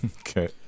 Okay